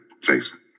Jason